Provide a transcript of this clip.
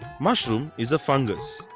mushroom is a fungus.